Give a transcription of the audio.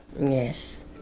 Yes